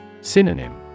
Synonym